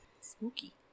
spooky